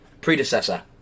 predecessor